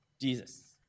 Jesus